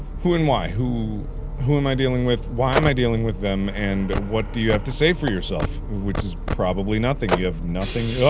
who and why. who who am i dealing with, why am i dealing with them, and what do you have to say for yourself? which is probably nothing. you have nothing